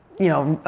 you know,